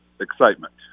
excitement